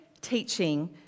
teaching